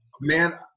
Man